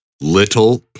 little